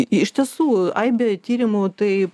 iš tiesų aibė tyrimų tai